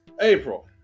April